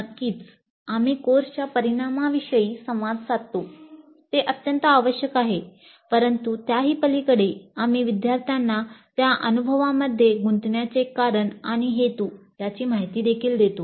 नक्कीच आम्ही कोर्सच्या परिणामाविषयी संवाद साधतो ते अत्यंत आवश्यक आहे परंतु त्याही पलीकडे आम्ही विद्यार्थ्यांना त्या अनुभवामध्ये गुंतण्याचे कारण आणि हेतू याची माहिती देखील देतो